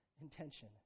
intention